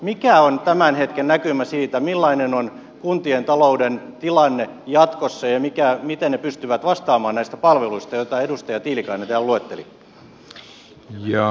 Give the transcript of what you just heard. mikä on tämän hetken näkymä siitä millainen on kuntien talouden tilanne jatkossa ja miten ne pystyvät vastaamaan näistä palveluista joita edustaja tiilikainen täällä luetteli